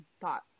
thought